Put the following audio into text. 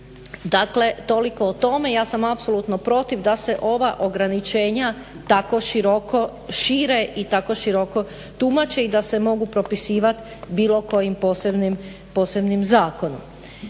Dakle, toliko o tome. Ja sam apsolutno protiv da se ova ograničenja tako široko šire i tako široko tumače i da se mogu propisivati bilo kojim posebnim zakonom.